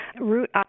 Route